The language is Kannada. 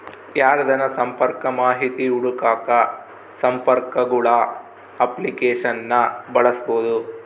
ಯಾರ್ದನ ಸಂಪರ್ಕ ಮಾಹಿತಿ ಹುಡುಕಾಕ ಸಂಪರ್ಕಗುಳ ಅಪ್ಲಿಕೇಶನ್ನ ಬಳಸ್ಬೋದು